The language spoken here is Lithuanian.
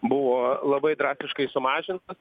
buvo labai drastiškai sumažintas